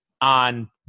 on